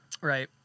Right